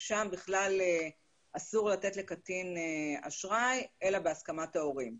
ששם בכלל אסור לתת לקטין אשראי אלא בהסכמת ההורים.